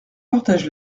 partage